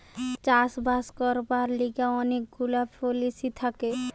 চাষ বাস করবার লিগে অনেক গুলা পলিসি থাকে